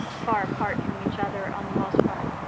far apart from each other on the most part.